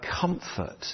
comfort